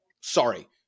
Sorry